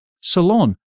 Salon